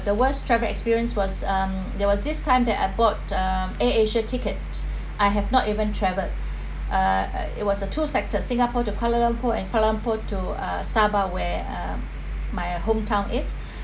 the worst travelling experience was um there was this time where I bought uh Air Asia tickets I have not even traveled uh it was a two sectors singapore to kuala lumpur and kuala lumpur to uh sabah where uh my hometown is